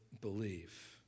believe